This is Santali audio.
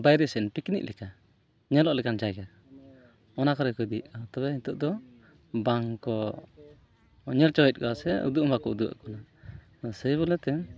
ᱵᱟᱭᱨᱮ ᱥᱮᱱ ᱯᱤᱠᱱᱤᱜ ᱞᱮᱠᱟ ᱧᱮᱞᱚᱜ ᱞᱮᱠᱟᱱ ᱡᱟᱭᱜᱟ ᱚᱱᱟ ᱠᱚᱨᱮ ᱠᱚ ᱤᱫᱤᱭᱮᱫ ᱠᱚᱣᱟ ᱛᱚᱵᱮ ᱱᱤᱛᱳᱜ ᱫᱚ ᱵᱟᱝ ᱠᱚ ᱧᱮᱞ ᱦᱚᱪᱚᱭᱮᱫ ᱠᱚᱣᱟ ᱥᱮ ᱩᱫᱩᱜ ᱦᱚᱸ ᱵᱟᱠᱚ ᱩᱫᱩᱜ ᱟᱠᱚ ᱠᱟᱱᱟ ᱥᱮᱭᱵᱚᱞᱮᱛᱮ